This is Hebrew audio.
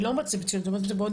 ואני לא אומרת את זה בציניות,